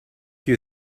you